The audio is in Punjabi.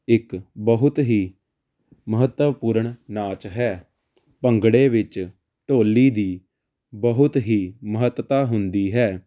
ਇੱਕ ਬਹੁਤ ਹੀ ਮਹੱਤਵਪੂਰਨ ਨਾਚ ਹੈ ਭੰਗੜੇ ਵਿੱਚ ਢੋਲੀ ਦੀ ਬਹੁਤ ਹੀ ਮਹੱਤਤਾ ਹੁੰਦੀ ਹੈ